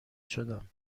شدم